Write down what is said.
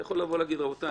אתה יכול להגיד: רבותי,